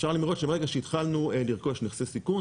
אפשר לראות שברגע שהתחלנו לרכוש נכסי סיכון